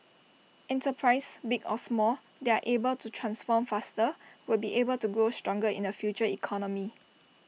enterprises big or small that are able to transform faster will be able to grow stronger in the future economy